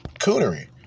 cootery